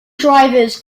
drivers